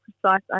precise